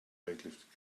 weightlifting